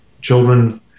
Children